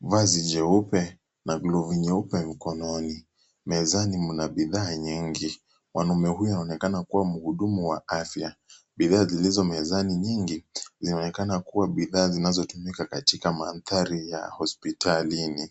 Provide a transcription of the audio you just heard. vazi jeupe na glovu nyeupe mikononi. Mezani mna bidhaa nyingi. Mwanaume huyo anaonekana kuwa mhudumu wa afya. Bidhaa zilizo mezani nyingi zinaonekana kuwa bidhaa zinazotumika katika mandhari ya hospitalini.